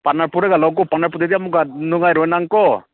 partner ꯄꯨꯔꯒ ꯂꯥꯛꯑꯣ ꯄꯥꯔꯠꯟ ꯄꯨꯗ꯭ꯔꯗꯤ ꯑꯃꯨꯛꯀ ꯅꯨꯡꯉꯥꯏꯔꯣꯏ ꯅꯪꯀꯣ